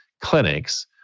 clinics